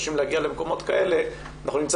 חוששים להגיע למקומות כאלה ואנחנו נמצא